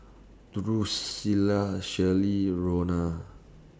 Drusilla Shirley Rona